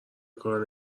کار